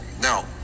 Now